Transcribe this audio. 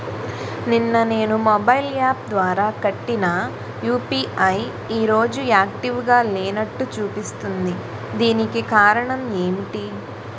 నిన్న నేను mobile app ద్వారా కట్టిన యు.పి.ఐ ఈ రోజు యాక్టివ్ గా లేనట్టు చూపిస్తుంది దీనికి కారణం ఏమిటి?